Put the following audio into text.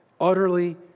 Utterly